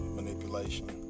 manipulation